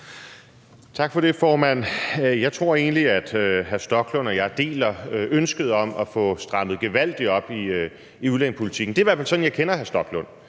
Tak for det, formand. Jeg tror egentlig, at hr. Rasmus Stoklund og jeg deler ønsket om at få strammet gevaldigt op i udlændingepolitikken. Det er i hvert fald sådan, jeg kender hr. Rasmus Stoklund.